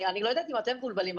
אני לא יודעת אם אתם מבולבלים,